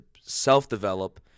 self-develop